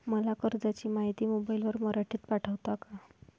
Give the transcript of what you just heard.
मला कर्जाची माहिती मोबाईलवर मराठीत पाठवता का?